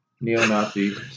Neo-Nazi